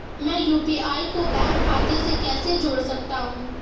मैं यू.पी.आई को बैंक खाते से कैसे जोड़ सकता हूँ?